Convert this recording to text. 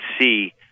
see